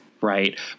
Right